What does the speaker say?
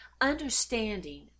Understanding